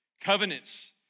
Covenants